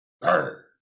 Burn